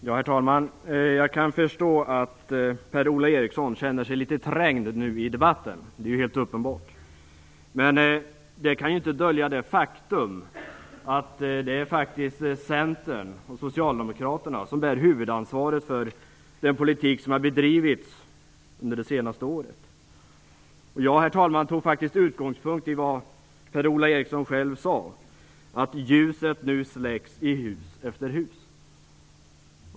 Herr talman! Jag kan förstå att Per-Ola Eriksson känner sig litet trängd i debatten. Det är helt uppenbart. Men det kan inte dölja det faktum att det är Centern och Socialdemokraterna som bär huvudansvaret för den politik som har bedrivits under det senaste året. Jag utgick från det som Per-Ola Eriksson sade, att ljuset nu släcks i hus efter hus.